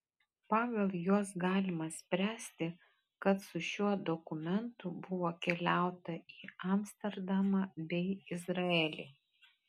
pagal juos galima spręsti kad su šiuo dokumentu buvo keliauta į amsterdamą bei izraelį